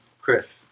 Chris